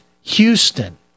Houston